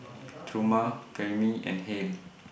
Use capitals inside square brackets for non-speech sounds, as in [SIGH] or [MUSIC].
[NOISE] Truman Karyme and Hale